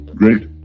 great